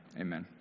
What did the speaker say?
Amen